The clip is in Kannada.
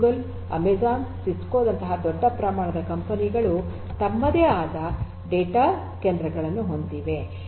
ಗೂಗಲ್ ಅಮೆಜಾನ್ ಸಿಸ್ಕೋ ದಂತಹ ದೊಡ್ಡ ಪ್ರಮಾಣದ ಕಂಪನಿಗಳು ತಮ್ಮದೇ ಆದ ಡೇಟಾ ಕೇಂದ್ರಗಳನ್ನು ಹೊಂದಿವೆ